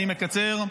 אני מקצר,